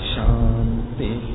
Shanti